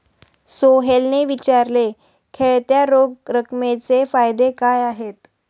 सोहेलने विचारले, खेळत्या रोख रकमेचे फायदे काय आहेत?